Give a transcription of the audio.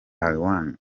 one